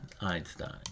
Einstein